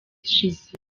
ishize